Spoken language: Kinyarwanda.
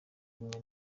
bimwe